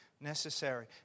necessary